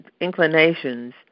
inclinations